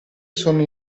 sono